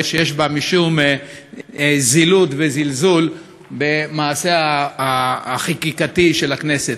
שיש בה משום זילות וזלזול במעשה החקיקתי של הכנסת.